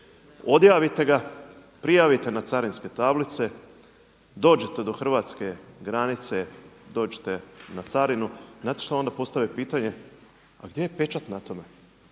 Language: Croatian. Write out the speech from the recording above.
Odjavite ga, prijavite na carinske tablice, dođete do hrvatske granice, dođete na carinu. Znate šta onda postave pitanje? A gdje je pečat na tome?